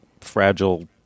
fragile